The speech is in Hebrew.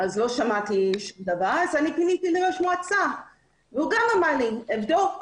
לא שמעתי שום דבר אז פניתי לראש המועצה שגם אמר לי: אבדוק.